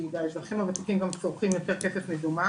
כי האזרחים הוותיקים צורכים יותר כסף מזומן